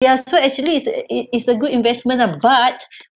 ya so actually it's a it's a good investment ah but